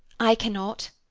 i cannot.